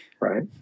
right